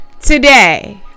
Today